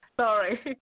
Sorry